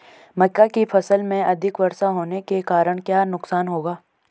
मक्का की फसल में अधिक वर्षा होने के कारण क्या नुकसान होगा?